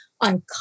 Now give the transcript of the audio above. on